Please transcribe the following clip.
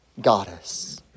goddess